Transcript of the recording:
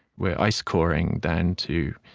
we're ice coring down to,